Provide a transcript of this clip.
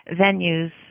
venues